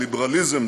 ליברליזם,